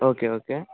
okay okay